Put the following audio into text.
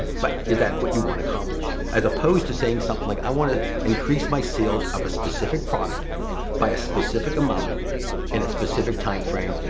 but is that what you wanna accomplish? as opposed to saying something like, i wanna increase my sales of a specific product by a specific amount in a specific timeframe,